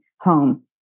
home